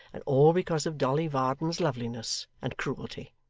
and all because of dolly varden's loveliness and cruelty!